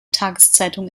tageszeitung